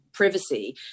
Privacy